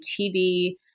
TD